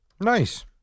Nice